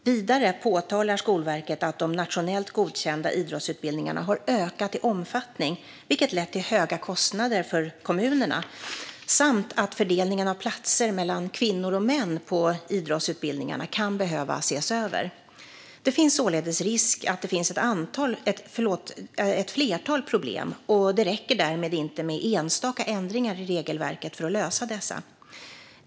Vidare påtalar Skolverket att de nationellt godkända idrottsutbildningarna har ökat i omfattning, vilket lett till höga kostnader för kommunerna samt att fördelningen av platser mellan kvinnor och män på idrottsutbildningarna kan behöva ses över. Det finns således risk att det finns ett flertal problem, och det räcker därmed inte med enstaka ändringar i regelverket för att lösa dessa.